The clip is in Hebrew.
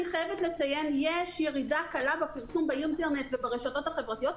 אני חייבת לציין שיש ירידה קלה בפרסום באינטרנט וברשתות החברתיות,